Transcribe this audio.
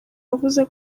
yavuze